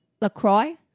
LaCroix